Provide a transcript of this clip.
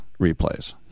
replays